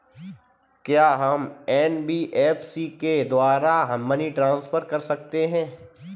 क्या हम एन.बी.एफ.सी के द्वारा मनी ट्रांसफर कर सकते हैं?